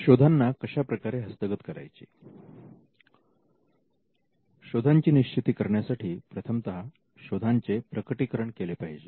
शोधांची निश्चिती करण्यासाठी प्रथमतः शोधांचे प्रकटीकरण केले पाहिजे